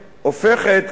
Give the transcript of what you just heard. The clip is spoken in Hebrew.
היום בבוקר, הופכת